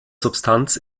substanz